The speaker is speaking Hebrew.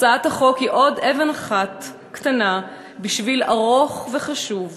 הצעת החוק היא עוד אבן אחת קטנה בשביל ארוך וחשוב שעלינו,